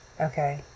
okay